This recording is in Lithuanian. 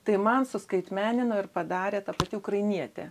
tai man suskaitmenino ir padarė ta pati ukrainietė